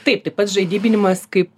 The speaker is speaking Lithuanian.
taip pat žaidybinimas kaip